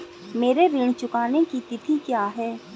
मेरे ऋण चुकाने की तिथि क्या है?